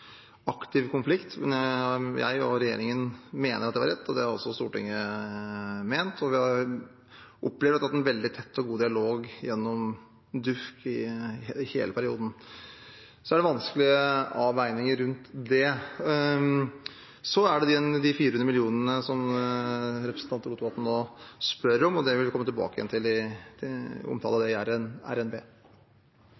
aktiv konflikt. Men jeg og regjeringen mener at det var rett, og det har også Stortinget ment. Jeg opplever at vi har hatt en veldig tett og god dialog gjennom DUUFK i hele perioden. Så er det vanskelige avveininger rundt det. Når det gjelder de fire millionene som representanten Rotevatn spør om, vil vi komme tilbake til dem i